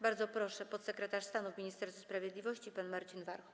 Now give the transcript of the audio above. Bardzo proszę, podsekretarz stanu w Ministerstwie Sprawiedliwości pan Marcin Warchoł.